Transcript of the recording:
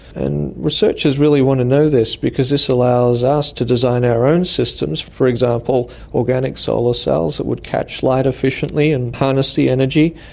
and researchers really want to know this because this allows us to design our own systems for example, organic solar cells that would catch light efficiently and harness the energy.